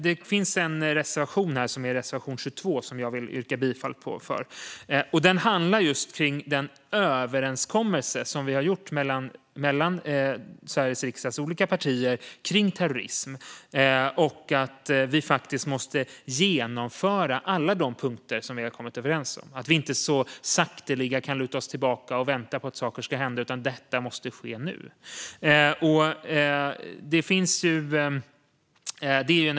Det finns en reservation, reservation 22, som jag vill yrka bifall till. Den handlar om just den överenskommelse om terrorism som Sveriges riksdags olika partier har gjort. Vi måste genomföra alla de punkter som vi har kommit överens om. Vi får inte så sakteliga luta oss tillbaka och vänta på att saker ska hända. Detta måste ske nu.